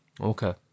Okay